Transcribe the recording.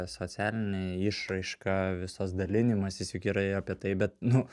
socialinė išraiška visas dalinimasis juk yra apie tai bet nu